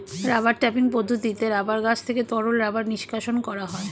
rubber tapping পদ্ধতিতে rubber গাছ থেকে তরল রাবার নিষ্কাশণ করা হয়